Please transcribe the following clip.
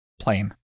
plane